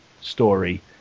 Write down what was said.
story